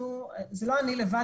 זה לא אני לבד,